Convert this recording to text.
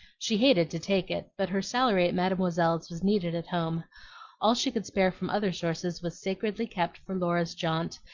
she hated to take it, but her salary at mademoiselle's was needed at home all she could spare from other sources was sacredly kept for laura's jaunt,